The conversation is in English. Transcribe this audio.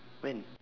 when